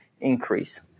increase